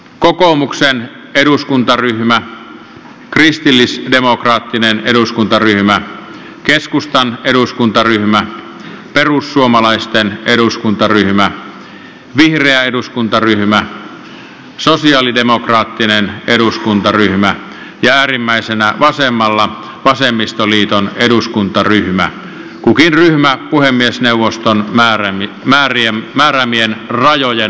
kokoomuksen eduskuntaryhmä kristillisdemokraattinen eduskuntaryhmä keskustan eduskuntaryhmä perussuomalaisten eduskuntaryhmä vihreä eduskuntaryhmä sosialidemokraattinen eduskuntaryhmä ja äärimmäisenä vasemmalla vasemmistoliiton eduskuntaryhmä kukin ryhmä puhemiesneuvoston määräämien rajojen puitteissa